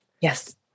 Yes